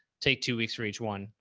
take two weeks for each one,